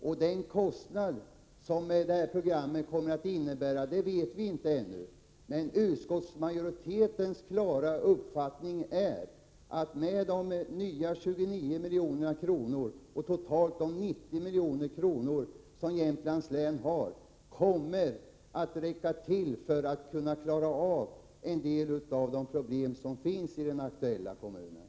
Vi känner ännu inte till vilken kostnad programmet kommer att medföra, men utskottsmajoritetens klara uppfattning är att de 29 milj.kr. vi nu anslår, sammanlagt 90 milj.kr., kommer att räcka till för att man skall klara av en del av de problem som finns i den aktuella kommunen.